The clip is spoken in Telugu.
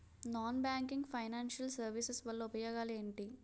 నాన్ బ్యాంకింగ్ ఫైనాన్షియల్ సర్వీసెస్ వల్ల ఉపయోగాలు ఎంటి?